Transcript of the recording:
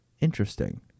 Interesting